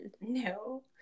No